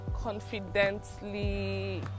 confidently